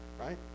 right